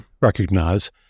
recognize